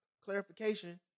clarification